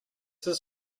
his